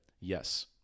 yes